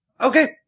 Okay